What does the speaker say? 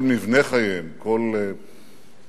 כל מבנה חייהם, כל פועלם,